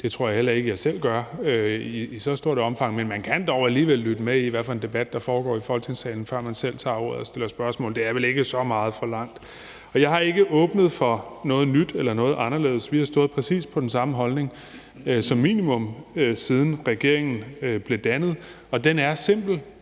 Det tror jeg heller ikke jeg selv gør i så stort omfang, men man kan dog alligevel lytte med i, hvad det er for en debat, der foregår i Folketingssalen, før man selv tager ordet og stiller spørgsmål. Det er vel ikke så meget forlangt. Jeg har ikke åbnet for noget nyt eller noget anderledes. Vi har stået præcis på den samme holdning – som minimum – siden regeringen blev dannet, og den er simpel: